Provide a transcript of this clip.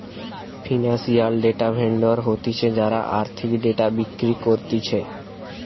financial data vendor হতিছে যারা আর্থিক ডেটা বিক্রি করতিছে